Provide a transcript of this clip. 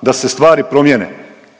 da se stvari promjene.